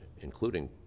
including